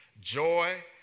joy